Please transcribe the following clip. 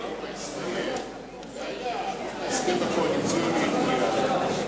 היה וההסכם הקואליציוני יקוים,